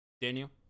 daniel